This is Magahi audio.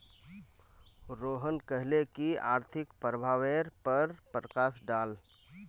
रोहन कहले की आर्थिक प्रभावेर पर प्रकाश डाल